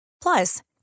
Plus